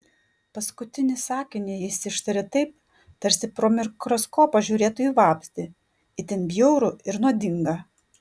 paskutinį sakinį jis ištarė taip tarsi pro mikroskopą žiūrėtų į vabzdį itin bjaurų ir nuodingą